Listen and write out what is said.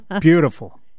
Beautiful